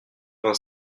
vingt